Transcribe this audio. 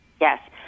Yes